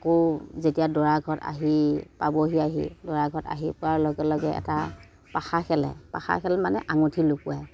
আকৌ যেতিয়া দৰা ঘৰত আহি পাবহি আহি দৰা ঘৰত আহি পোৱাৰ লগে লগে এটা পাখা খেলে পাখা খেল মানে আঙুঠি লুকুৱায়